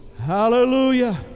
Hallelujah